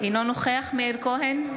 אינו נוכח מאיר כהן,